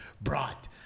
brought